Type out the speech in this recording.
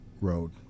road